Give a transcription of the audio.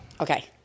Okay